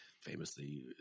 famously